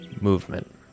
movement